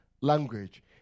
language